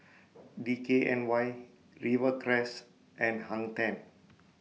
D K N Y Rivercrest and Hang ten